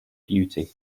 beauty